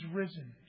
risen